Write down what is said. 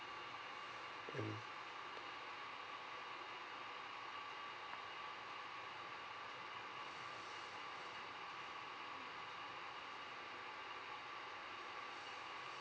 mm